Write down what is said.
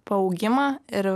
paaugimą ir